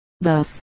Thus